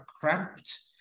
cramped